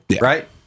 right